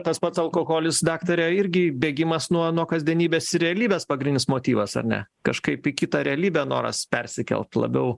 tas pats alkoholis daktare irgi bėgimas nuo nuo kasdienybės ir realybės pagrindinis motyvas ar ne kažkaip į kitą realybę noras persikelt labiau